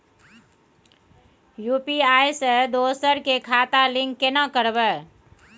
UPI से दोसर के खाता लिंक केना करबे?